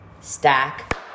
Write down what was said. Stack